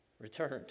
returned